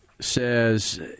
says